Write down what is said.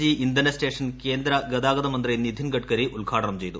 G ഇന്ധന station കേന്ദ്ര ഗതാഗതമന്ത്രി നിതിൻ ഗഡ്കരി ഉദ്ഘാടനം ചെയ്തു